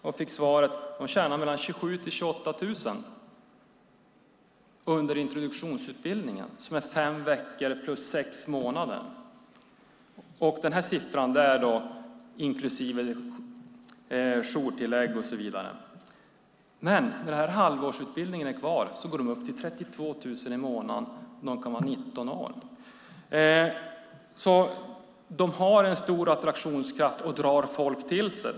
Jag fick svaret att de tjänar 27 000-28 000 under introduktionsutbildningen, som är fem veckor och därtill sex månader. Den siffran är inklusive jourtillägg. Men när halvårsutbildningen är klar går de upp till 32 000 i månaden - vid 19 år. Gruvorna har en stor attraktionskraft och drar folk till sig.